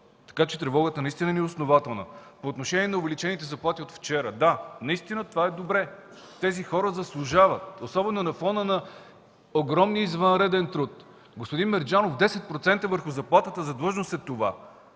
Така че тревогата ни наистина е основателна. По отношение на увеличените заплати от вчера. Да, наистина това е добре. Тези хора заслужават, особено на фона на огромния извънреден труд. Господин Мерджанов, 10% върху заплатата за длъжност е това,